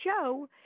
show